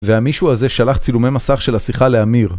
והמישהו הזה שלח צילומי מסך של השיחה לאמיר.